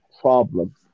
problem